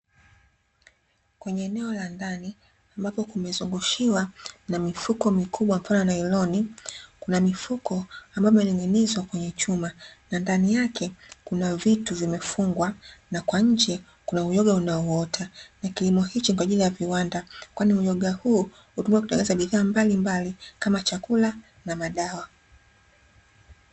Kwenye eneo la ndani ambako kumezungushiwa na mifuko mikubwa mfano wa nailoni kuna mifuko ambayo imening’inizwa kwenye chuma, na ndani yake kuna vitu vimefungwa, na kwa nje kuna uyoga unao ota na kilimo hicho ni kwaajili ya viwanda, kwani uyoga huo hutumia kutangeneza bidhaa mbalimbali kama chakula na madawa.